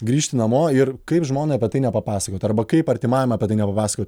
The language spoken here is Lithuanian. grįžti namo ir kaip žmonai apie tai nepapasakot arba kaip artimajam apie tai nepapasakot